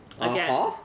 again